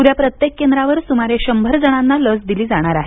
उद्या प्रत्येक केंद्रावर सुमारे शंभर जणांना लस दिली जाणार आहे